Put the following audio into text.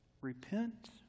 Repent